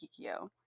Kikyo